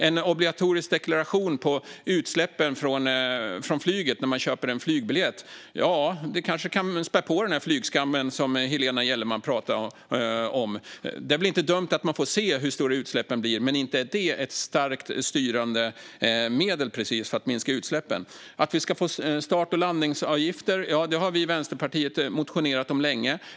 En obligatorisk deklaration på utsläppen från flyget när man köper en flygbiljett kanske kan spä på flygskammen som Helena Gellerman pratar om. Det är väl inte dumt att man får se hur stora utsläppen blir, men inte är det ett starkt styrande medel precis för att minska utsläppen. Att vi ska få start och landningsavgifter har vi i Vänsterpartiet motionerat om länge.